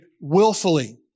willfully